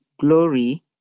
glory